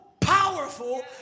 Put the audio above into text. powerful